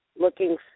Looking